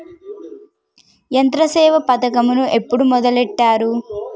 యంత్రసేవ పథకమును ఎప్పుడు మొదలెట్టారు?